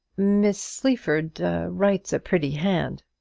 miss sleaford writes a pretty hand.